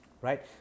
right